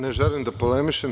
Ne želim da polemišem.